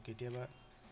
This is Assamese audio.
কেতিয়াবা